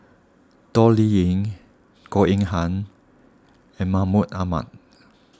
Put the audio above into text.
Toh Liying Goh Eng Han and Mahmud Ahmad